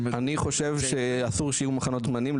אני חושב שאסור שיהיו מחנות זמניים,